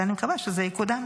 ואני מקווה שזה יקודם.